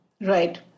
right